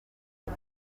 aya